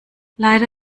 leider